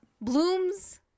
blooms